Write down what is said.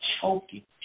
choking